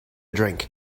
drink